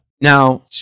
Now